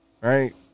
Right